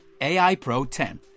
AIPRO10